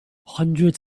hundreds